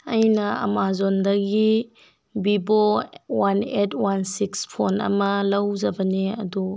ꯑꯩꯅ ꯑꯥꯃꯥꯖꯣꯟꯗꯒꯤ Vivo one eight one six phone ꯑꯃ ꯂꯧꯖꯕꯅꯦ ꯑꯗꯣ